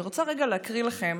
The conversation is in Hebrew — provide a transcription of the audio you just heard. אני רוצה רגע להקריא לכם